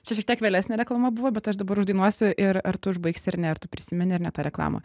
čia šiek tiek vėlesnė reklama buvo bet aš dabar uždainuosiu ir ar tu užbaigsi ar ne ar tu prisimeni ar ne tą reklamą